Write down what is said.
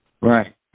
Right